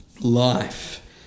life